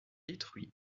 détruit